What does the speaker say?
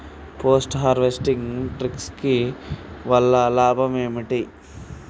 Post harvesting technique వల్ల లాభం ఏంటి?